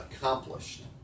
accomplished